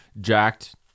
jacked